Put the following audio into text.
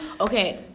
Okay